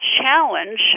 challenge